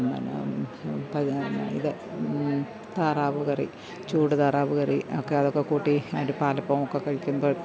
പിന്നേ പതി എന്നാ ഇത് താറാവ് കറി ചൂട് താറാവ് കറി ഒക്കെ അതൊക്കെ കൂട്ടി അവര് പാലപ്പോ ഒക്കെ കഴിക്കുമ്പോള്